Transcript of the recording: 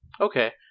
Okay